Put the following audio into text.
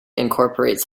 incorporates